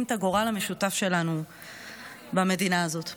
ביחד את הגורל המשותף שלנו במדינה הזאת.